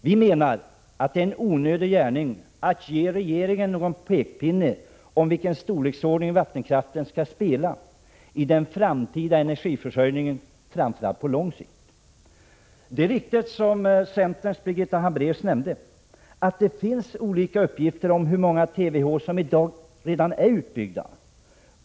Vi menar att det är en onödig gärning att ge regeringen någon pekpinne om vilken omfattning vattenkraften skall ha i den framtida energiförsörjningen framför allt på lång sikt. Det är riktigt som centerns Birgitta Hambraeus nämnde att det finns olika uppgifter om hur många TWh som i dag produceras.